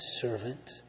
servant